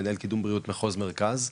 מנהל קידום בריאות מחוז מרכז,